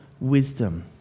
wisdom